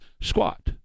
squat